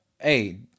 hey